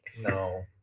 No